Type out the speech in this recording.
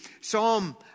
Psalm